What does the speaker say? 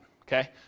Okay